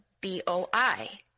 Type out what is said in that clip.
B-O-I